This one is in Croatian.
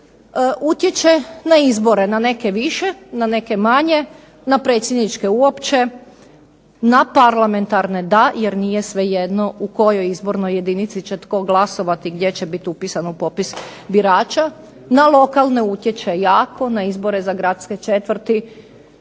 utječe na izbore, na neke više, na neke manje, na predsjedničke uopće, na parlamentarne da jer nije svejedno u kojoj izbornoj jedinici će tko glasovati, gdje će biti upisan u popis birača. Na lokalne utječe jako, na izbore za gradske četvrti